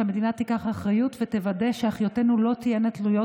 שהמדינה תיקח אחריות ותוודא שאחיותינו לא תהיינה תלויות